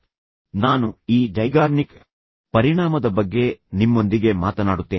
ಆದ್ದರಿಂದ ಈ ಸಂದರ್ಭದಲ್ಲಿ ನಾನು ಈ ಝೈಗಾರ್ನಿಕ್ ಪರಿಣಾಮದ ಬಗ್ಗೆ ನಿಮ್ಮೊಂದಿಗೆ ಮಾತನಾಡುತ್ತೇನೆ